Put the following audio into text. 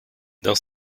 dans